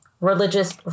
religious